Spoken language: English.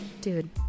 Dude